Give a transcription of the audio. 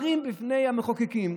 מערימים בפני המחוקקים.